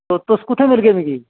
ते तुस कुत्थें मिलगे मिगी